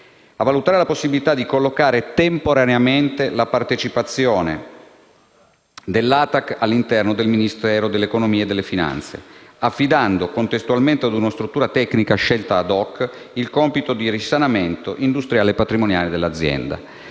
«A valutare la possibilità di collocare temporaneamente la partecipazione dell'ATAC all'interno del Ministero dell'economia e delle finanze, affidando contestualmente a una struttura tecnica scelta *ad hoc* il compito del risanamento industriale e patrimoniale dell'azienda».